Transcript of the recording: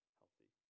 healthy